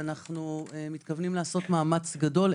אנו מתכוונים לעשות מאמץ גדול.